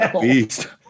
beast